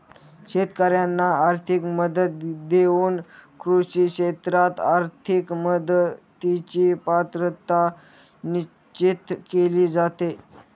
शेतकाऱ्यांना आर्थिक मदत देऊन कृषी क्षेत्रात आर्थिक मदतीची पात्रता निश्चित केली जाते